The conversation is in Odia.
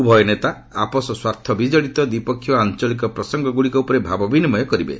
ଉଭୟ ନେତା ଆପୋଷ ସ୍ୱାର୍ଥ ବିଜଡ଼ିତ ଦ୍ୱିପକ୍ଷୀୟ ଓ ଆଞ୍ଚଳିକ ପ୍ରସଙ୍ଗଗୁଡ଼ିକ ଉପରେ ଭାବ ବିନିମୟ କରିବେ